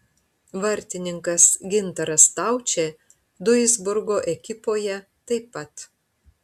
vartininkas gintaras staučė duisburgo ekipoje taip pat